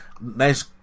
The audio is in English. nice